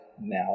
now